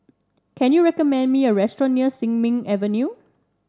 can you recommend me a restaurant near Sin Ming Avenue